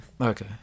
Okay